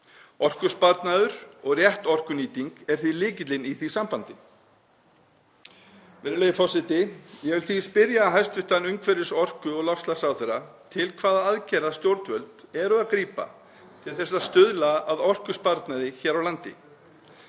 Orkusparnaður og rétt orkunýting er því lykillinn í því sambandi. Virðulegi forseti. Ég vil því spyrja hæstv. umhverfis-, orku- og loftslagsráðherra til hvaða aðgerða stjórnvöld eru að grípa til þess að stuðla að orkusparnaði hér á landi.